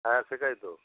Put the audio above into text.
হ্যাঁ সেটাই তো